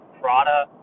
Prada